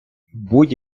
будь